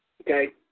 Okay